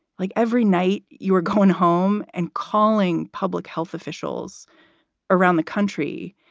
like, every night you were going home and calling public health officials around the country.